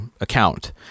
account